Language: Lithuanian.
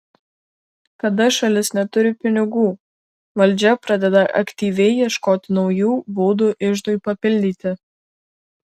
kada šalis neturi pinigų valdžia pradeda aktyviai ieškoti naujų būdų iždui papildyti